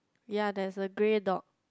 ya there is a grey door